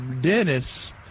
Dennis